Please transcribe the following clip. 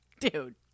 Dude